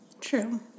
true